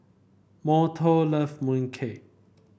Morton love mooncake